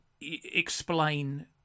explain